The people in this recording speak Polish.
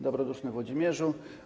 Dobroduszny Włodzimierzu!